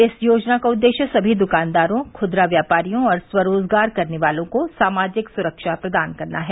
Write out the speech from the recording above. इस योजना का उद्देश्य समी दुकानदारों खुदरा व्यापारियों और स्वरोजगार करने वालों को सामाजिक सुरक्षा प्रदान करना है